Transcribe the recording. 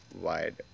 wide